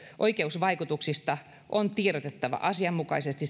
oikeusvaikutuksista on tiedotettava asianmukaisesti